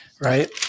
right